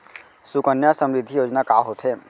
सुकन्या समृद्धि योजना का होथे